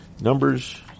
Numbers